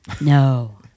No